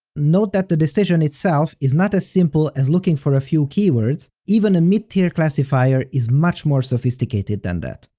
note that the decision itself is not as simple as looking for a few keywords, even a mid-tier classifier is much more sophisticated than that.